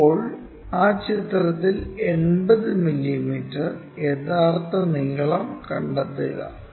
ഇപ്പോൾ ആ ചിത്രത്തിൽ 80 മില്ലീമീറ്റർ യഥാർത്ഥ നീളം കണ്ടെത്തുക